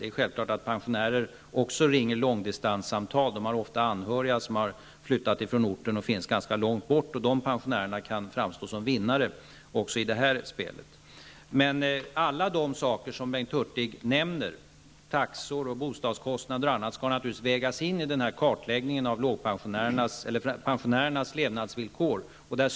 Det är självklart att pensionärer också ringer långdistandssamtal. De har ofta anhöriga som har flyttat från orten och bor ganska långt bort. Dessa pensionärer kan framstå som vinnare i det här spelet. Alla de höjningar som Bengt Hurtig nämnde -- skall naturligtvis vägas in i kartläggningen av pensionärernas levnadsvillkor.